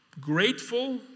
grateful